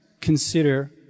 consider